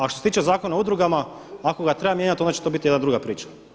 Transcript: A što se tiče Zakona o udrugama ako ga treba mijenjati, onda će to biti jedna druga priča.